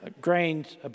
grains